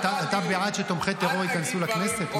אתה בעד שתומכי טרור ייכנסו לכנסת?